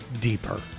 deeper